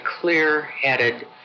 clear-headed